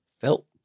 felt